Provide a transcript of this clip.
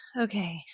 Okay